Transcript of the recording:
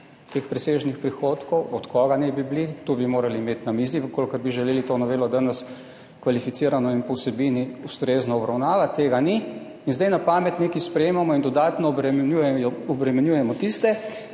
presežnih prihodkov, od koga naj bi bili, to bi morali imeti na mizi, če bi želeli to novelo danes kvalificirano in po vsebini ustrezno obravnavati. Tega ni in zdaj na pamet nekaj sprejemamo in dodatno obremenjujemo tiste,